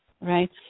right